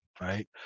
right